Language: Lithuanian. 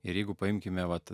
ir jeigu paimkime vat